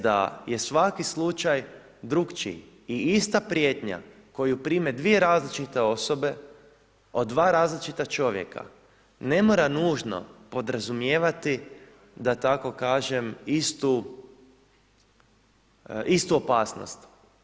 Da je svaki slučaj drukčiji i ista prijetnja koju prime dvije različite osobe od dva različita čovjeka ne mora nužno podrazumijevati istu opasnost.